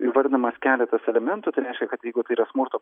įvardinamas keletas elementų tai reiškia kad jeigu tai yra smurto